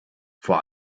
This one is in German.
vor